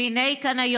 והינה כאן,